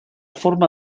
forma